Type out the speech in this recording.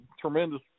tremendous